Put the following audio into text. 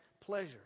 pleasure